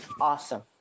awesome